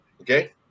Okay